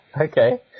okay